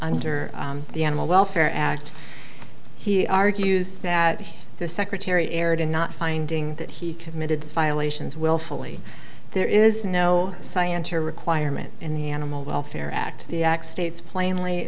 under the animal welfare act he argues that the secretary erred in not finding that he committed file ations willfully there is no scientific requirement in the animal welfare act the act states plainly